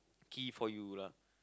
key for you lah